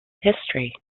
history